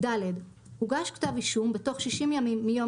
(ד) הוגש כתב אישום בתוך 60 ימים מיום